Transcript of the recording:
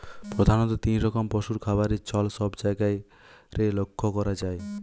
প্রধাণত তিন রকম পশুর খাবারের চল সব জায়গারে লক্ষ করা যায়